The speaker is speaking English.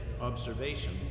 observation